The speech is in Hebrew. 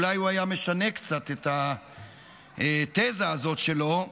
אולי הוא משנה קצת את התזה הזאת שלו,